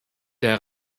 der